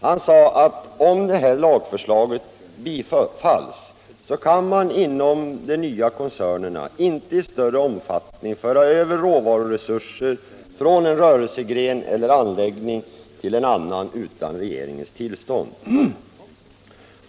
Han sade att om det här lagförslaget bifalls, så kan man inom de nya koncernerna inte i större omfattning föra över råvaruresurser från en rörelsegren eller anläggning till en annan utan regeringens tillstånd.